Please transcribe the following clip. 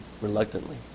reluctantly